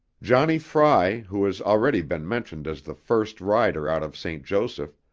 johnnie frey who has already been mentioned as the first rider out of st. joseph,